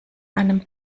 einem